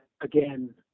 again